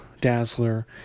Dazzler